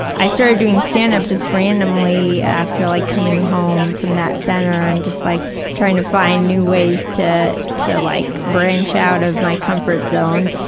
i started doing stand-up just randomly after like coming home from that center and just like trying to find new ways to to like branch out of my comfort zone.